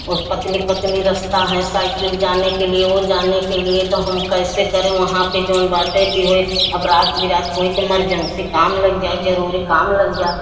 उस पतनी पतनी रस्ता है साइकिल जाने के लिए वह जाने के लिए तो हम कैसे करें वहाँ पर जौन बाटे त इ होय अब रात बिरात कोई के इमरजंसी काम लग जाए ज़रूरी कम लग जा